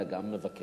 אלא גם מבקרת.